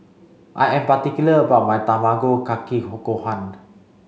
I am particular about my Tamago Kake Gohan